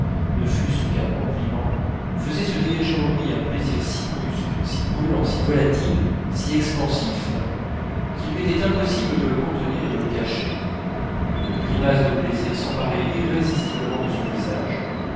ne fût-ce qu'un compliment faisait se dégager en lui un plaisir si brusque si brûlant si volatile si expansif qu'il lui était impossible de le contenir et de le cacher une grimace de plaisir s'emparait irrésistiblement de son visage